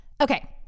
Okay